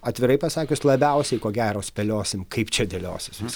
atvirai pasakius labiausiai ko gero spėliosim kaip čia dėliosis